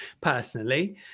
personally